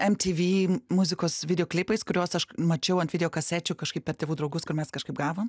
mtv muzikos video klipais kuriuos aš mačiau ant video kasečių kažkaip per tėvų draugus kur mes kažkaip gavom